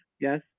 yes